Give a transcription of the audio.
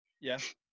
yes